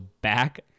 back